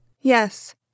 Yes